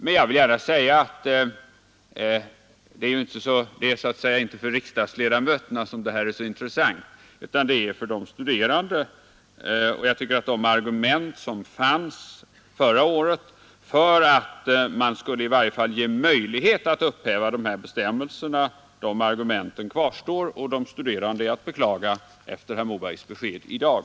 Men det är inte för riksdagsledamöterna den här frågan är så intressant utan för de studerande. Jag tycker att de argument kvarstår som fanns förra året för att i varje fall ge möjlighet att upphäva dessa bestämmelser. De studerande är att beklaga efter herr Mobergs besked i dag.